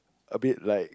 a bit like